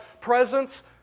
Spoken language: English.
presence